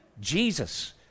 Jesus